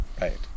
Right